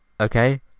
okay